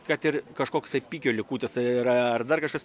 kad ir kažkoks tai pikio likutis yra ar dar kažkas